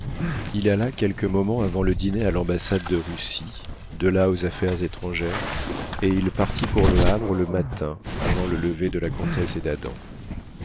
il alla quelques moments avant le dîner à l'ambassade de russie de là aux affaires étrangères et il partit pour le havre le matin avant le lever de la comtesse et d'adam